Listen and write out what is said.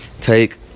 take